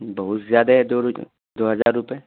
بہت زیادہ ہے دو دو ہزار روپے